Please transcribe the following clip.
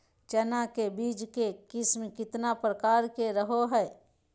चना के बीज के किस्म कितना प्रकार के रहो हय?